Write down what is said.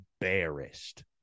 embarrassed